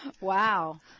Wow